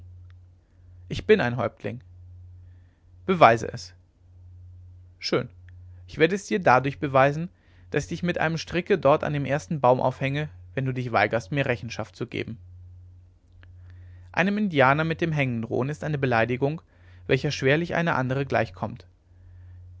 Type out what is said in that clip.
ich bin ein häuptling beweise es schön ich werde es dir dadurch beweisen daß ich dich mit einem stricke dort an dem ersten baume aufhänge wenn du dich weigerst mir rechenschaft zu geben einem indianer mit dem hängen drohen ist eine beleidigung welcher schwerlich eine andere